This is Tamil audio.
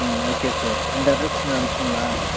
ம் ஓகே சார் இந்த அட்ரஸ்ஸுக்கு நான் அனுப்பிச்சிருங்களா